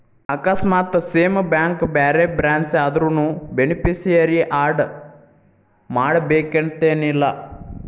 ಆಕಸ್ಮಾತ್ same bank ಬ್ಯಾರೆ branch ಆದ್ರುನೂ ಬೆನಿಫಿಸಿಯರಿ ಆಡ್ ಮಾಡಬೇಕನ್ತೆನಿಲ್ಲಾ